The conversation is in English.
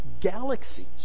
galaxies